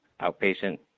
outpatient